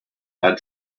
had